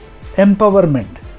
empowerment